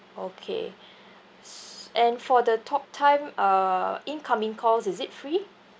okay s~ and for the talktime uh incoming calls is it free